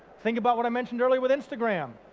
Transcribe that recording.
think about what i mentioned earlier with instagram.